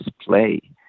play